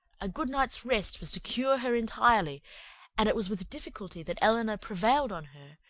a good night's rest was to cure her entirely and it was with difficulty that elinor prevailed on her,